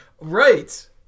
Right